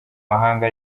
mahanga